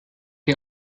ihr